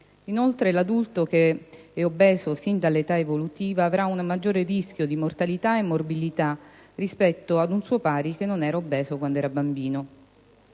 Inoltre, l'adulto che è obeso fin dall'età evolutiva avrà un maggiore rischio di mortalità e morbilità rispetto ad un suo pari che non era obeso quando era bambino.